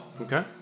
Okay